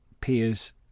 peers